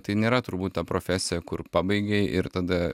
tai nėra turbūt ta profesija kur pabaigei ir tada